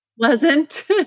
pleasant